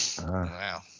Wow